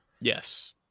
Yes